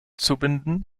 zubinden